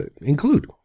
include